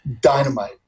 dynamite